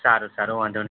સારું સારું વાંધો નઇ